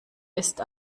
ist